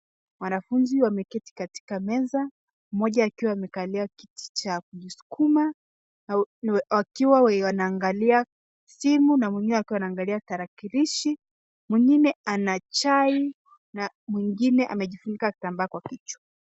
wanafunzi wameketi katika meza, moja akiwa amekalia kiti cha kuskuma akiwa anaangalia simu na mwengine akiwa anaangalia tarakilishi mwengine ana chai na mwengine amejifunika kitambaa kwa kichwa